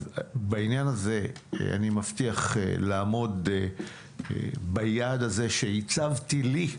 בעניין הזה, אני מבטיח לעמוד ביעד הזה שהצבתי לי,